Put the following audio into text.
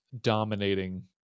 dominating